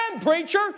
preacher